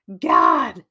God